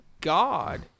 God